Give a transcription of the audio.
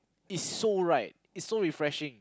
is so right is so refreshing